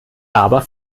aber